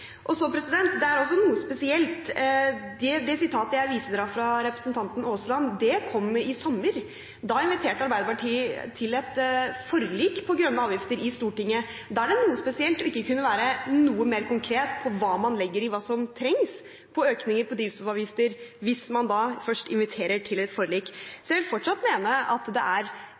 Det sitatet som jeg viste til, fra representanten Aasland, kom i sommer. Da inviterte Arbeiderpartiet til et forlik om grønne avgifter i Stortinget. Da er det noe spesielt ikke å kunne være noe mer konkret på hva som trengs av økninger i drivstoffavgifter, når man først inviterer til et forlik. Så jeg vil fortsatt mene at det er